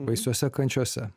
baisiose kančiose